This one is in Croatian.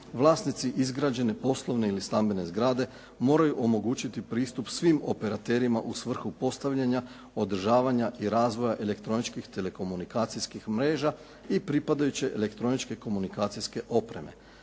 vlasnici izgrađene poslovne ili stambene zgrade moraju omogućiti pristup svim operaterima u svrhu postavljanja, održavanja i razvoja elektroničkih telekomunikacijskih mreža i pripadajuće elektroničke komunikacijske opreme.